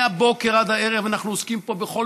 מהבוקר עד הערב אנחנו עוסקים פה בכל